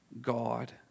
God